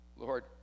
Lord